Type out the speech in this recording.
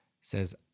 says